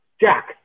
Jack